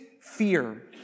fear